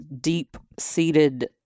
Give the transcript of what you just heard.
deep-seated